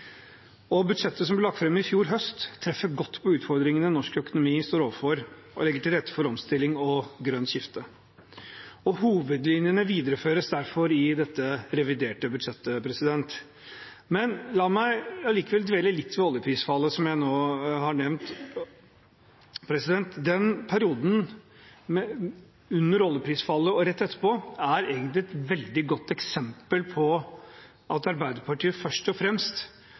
Budsjettet som ble lagt fram i fjor høst, treffer godt på utfordringene norsk økonomi står overfor, og legger til rette for omstilling og grønt skifte. Hovedlinjene videreføres derfor i dette reviderte budsjettet. La meg likevel dvele litt ved oljeprisfallet, som jeg nå har nevnt. Perioden under oljeprisfallet og rett etterpå er egentlig et veldig godt eksempel på at Arbeiderpartiet først og fremst har blitt et parti som produserer kritikk og lite politikk. Det vil jeg si først og fremst